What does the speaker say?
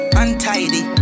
untidy